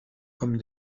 comme